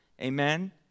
Amen